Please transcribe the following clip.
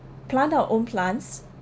plant our own plants